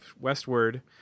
Westward